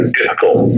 difficult